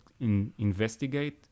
investigate